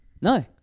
No